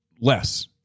less